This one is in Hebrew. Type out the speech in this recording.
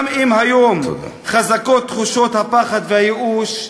גם אם היום חזקות תחושות הפחד והייאוש.